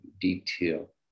detail